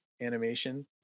animation